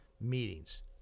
meetings